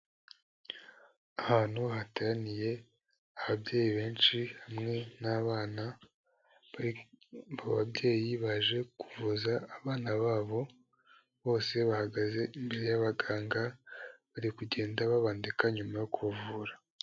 Ahantu hateraniye ababyeyi benshi hamwe n'abana, ababyeyi baje kuvuza abana babo bose bahagaze imbere y'abaganga, bari kugenda babandika nyuma yo kubavura.